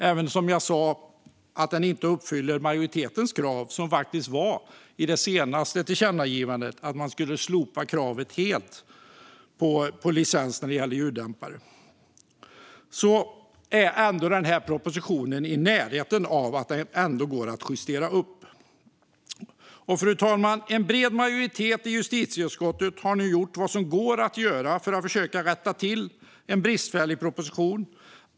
Även om den som sagt inte uppfyller majoritetens krav, som i det senaste tillkännagivandet var att helt slopa kravet på licens när det gäller ljuddämpare, är propositionen ändå i närheten av detta och går att justera upp. Fru talman! En bred majoritet i justitieutskottet har nu gjort vad som går att göra för att försöka rätta till en bristfällig proposition.